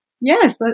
yes